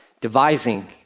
devising